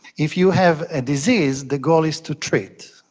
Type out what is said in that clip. if you have a disease, the goal is to treat.